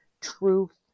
truth